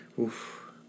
Oof